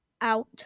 Out